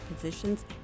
positions